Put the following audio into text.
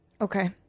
Okay